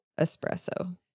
espresso